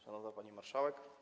Szanowna Pani Marszałek!